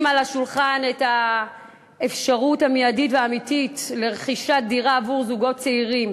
על השולחן את האפשרות המיידית והאמיתית לרכישת דירה עבור זוגות צעירים.